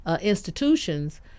institutions